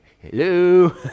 hello